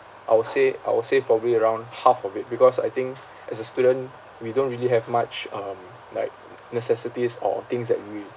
I would say I would say probably around half of it because I think as a student we don't really have much um like necessities or things that we